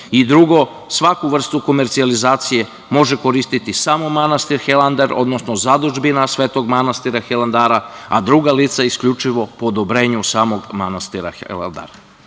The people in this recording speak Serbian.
I drugo, svaku vrstu komercijalizacije može koristiti samo manastir Hilandar, odnosno zadužbina svetog manastira Hilandara, a druga lica isključivo po odobrenju samog manastira Hilandara.I